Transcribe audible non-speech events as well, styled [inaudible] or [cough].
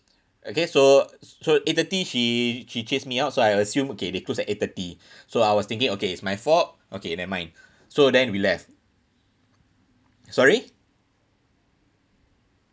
okay so so eight thirty she she chase me out so I assume okay they close at eight thirty [breath] so I was thinking okay it's my fault okay never mind so then we left sorry